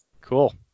Cool